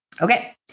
Okay